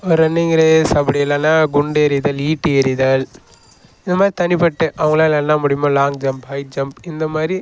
ஒரு running race அப்படி இல்லைன்னா குண்டெறிதல் ஈட்டி எறிதல் இது மாதிரி தனிப்பட்ட அவங்களால் என்ன முடியுமோ லாங் ஜம்ப் ஹைட் ஜம்ப் இந்த மாதிரி